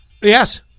Yes